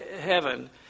heaven